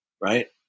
Right